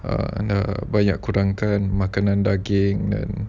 nak banyak kurangkan makanan daging dan